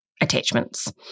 attachments